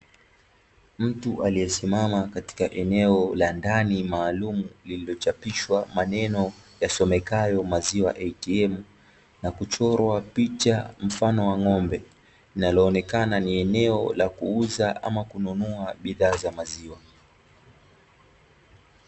Mtu aliyesimama katika eneo la ndani maalumu, lililochapishwa maneno yasomekayo maziwa ATM na kuchorwa picha mfano wa ng'ombe, linaloonekana ni eneo la kuuza ama kununua bidhaa za maziwa.